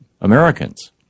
americans